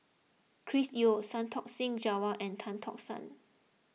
Chris Yeo Santokh Singh Grewal and Tan Tock San